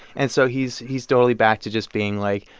and so he's he's totally back to just being, like,